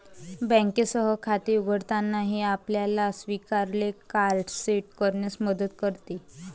बँकेसह खाते उघडताना, हे आपल्याला स्वीकारलेले कार्ड सेट करण्यात मदत करते